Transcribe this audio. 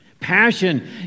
Passion